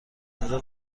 آنجا